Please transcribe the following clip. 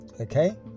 Okay